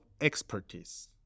Expertise